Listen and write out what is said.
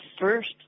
first